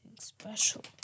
Special